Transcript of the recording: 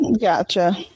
gotcha